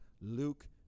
Luke